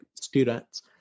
students